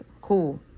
cool